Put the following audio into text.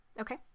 Okay